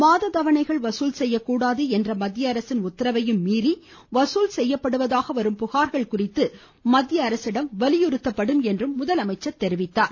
மாத தவணைகள் வசூல் செய்ய கூடாது என்ற மத்திய அரசின் உத்தரவையும் மீறி வசூல் செய்யப்படுவதாக வரும் புகார்கள் குறித்து மத்திய அரசிடம் எடுத்துரைக்கப்படும் என்றார்